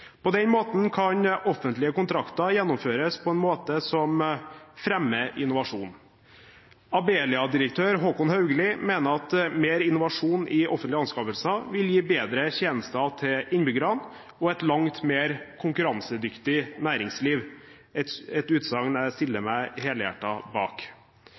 På den måten kan offentlige kontrakter gjennomføres på en måte som fremmer innovasjon. Abelia-direktør Håkon Haugli mener at mer innovasjon i offentlige anskaffelser vil gi bedre tjenester til innbyggerne og et langt mer konkurransedyktig næringsliv – et utsagn jeg stiller meg helhjertet bak.